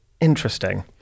interesting